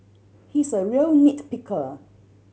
he's a real nit picker